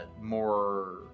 more